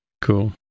Cool